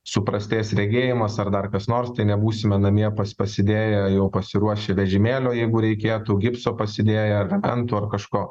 suprastės regėjimas ar dar kas nors tai nebūsime namie pas pasidėję jau pasiruošę vežimėlio jeigu reikėtų gipso pasidėję tento ar kažko